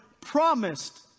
promised